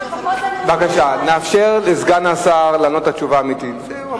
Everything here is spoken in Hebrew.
בבקשה, נאפשר לסגן השר לענות את התשובה האמיתית.